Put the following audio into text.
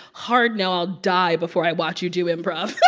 hard no i'll die before i watch you do improv.